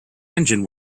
engine